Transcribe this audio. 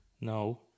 No